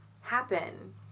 happen